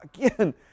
again